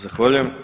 Zahvaljujem.